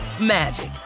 magic